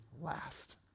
last